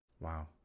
Wow